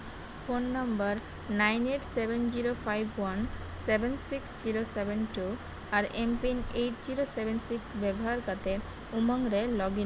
phone number nine eight seven zero five one seven six zero seven two ᱟᱨ MPIN eight zero seven six ᱵᱮᱵᱚᱦᱟᱨ ᱠᱟᱛᱮᱫ ᱩᱢᱟᱹᱝ ᱨᱮ login